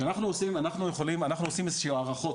אנחנו עושים אילו שהן הערכות,